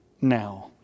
now